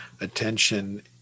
attention